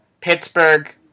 Pittsburgh